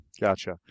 Gotcha